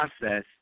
process